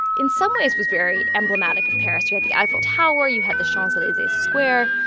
in some ways, was very emblematic of paris. you had the eiffel tower, you had the champs elysees square,